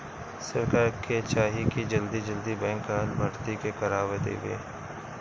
सरकार के चाही की जल्दी जल्दी बैंक कअ भर्ती के करवा देवे